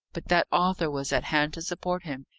but that arthur was at hand to support him,